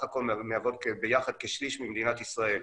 הכל מהוות ביחד כ-1/3 ממדינת ישראל.